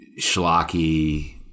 schlocky